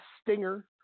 Stinger